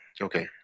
Okay